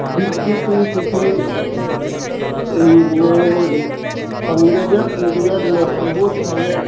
विकसित ई चुकी अंग्रेजक पीरियडमे सेहो छलै